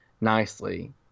nicely